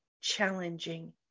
challenging